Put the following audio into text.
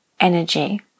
energy